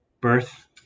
birth